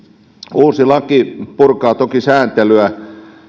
uusi laki purkaa toki sääntelyä